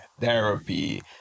therapy